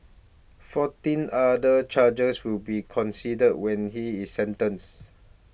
fourteen other charges will be considered when he is sentenced